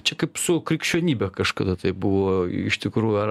čia kaip su krikščionybe kažkada tai buvo iš tikrųjų ar